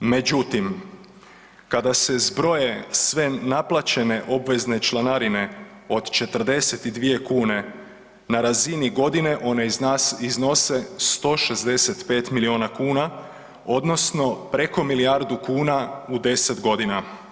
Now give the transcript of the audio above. Međutim, kada se zbroje sve naplaćene obvezne članarine od 42 kune na razini godine one iznose 165 miliona kuna odnosno preko milijardu kuna u 10 godina.